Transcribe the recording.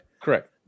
Correct